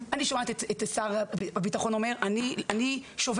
אני שומעת את שר הביטחון אומר אני שובת,